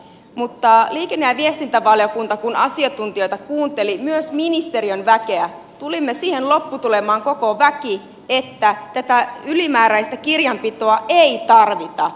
mutta kun liikenne ja viestintävaliokunta asiantuntijoita kuunteli myös ministeriön väkeä tulimme siihen lopputulemaan koko väki että tätä ylimääräistä kirjanpitoa ei tarvita